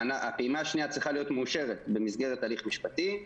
הפעימה השנייה צריכה להיות מאושרת במסגרת הליך משפטי.